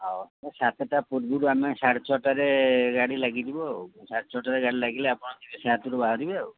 ହଉ ସାତଟା ପୂର୍ବରୁ ଆମେ ସାଢ଼େ ଛଟାରେ ଗାଡ଼ି ଲାଗିଯିବ ଆଉ ସାଢ଼େ ଛଟାରେ ଗାଡ଼ି ଲାଗିଲେ ଆପଣ ଯିବେ ସାତରୁ ବାହାରିବେ ଆଉ